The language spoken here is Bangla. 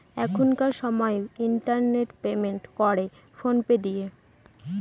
এখনকার সময় ইন্টারনেট পেমেন্ট করে ফোন পে দিয়ে